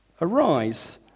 arise